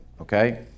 Okay